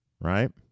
right